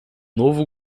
novo